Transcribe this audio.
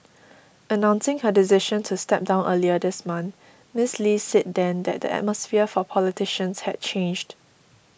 announcing her decision to step down earlier this month Miis Lee said then that the atmosphere for politicians had changed